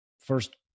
First